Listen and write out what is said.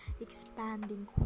expanding